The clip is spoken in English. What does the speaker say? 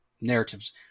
narratives